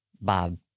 Bob